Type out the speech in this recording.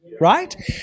Right